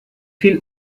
viel